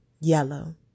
yellow